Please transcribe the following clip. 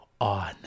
on